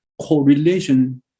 correlation